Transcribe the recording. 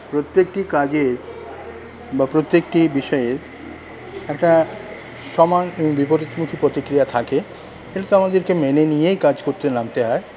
প্রত্যেকটি কাজের বা প্রত্যেকটি বিষয়ের একটা সমান ও বিপরীতমুখী প্রতিক্রিয়া থাকে কিন্তু আমাদেরকে মেনে নিয়েই কাজ করতে নামতে হয়